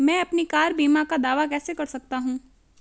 मैं अपनी कार बीमा का दावा कैसे कर सकता हूं?